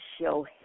show